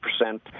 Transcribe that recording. percent